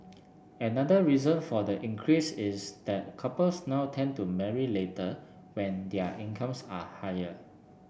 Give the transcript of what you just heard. another reason for the increase is that couples now tend to marry later when their incomes are higher